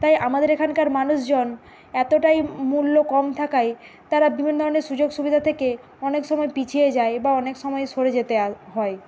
তাই আমাদের এখানকার মানুষজন এতটাই মূল্য কম থাকায় তারা বিভিন্ন ধরনের সুযোগ সুবিধা থেকে অনেক সময় পিছিয়ে যায় বা অনেক সময় সরে যেতে আয় হয়